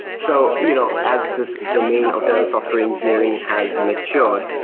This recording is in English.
so you know as this domain of software engineering has matured,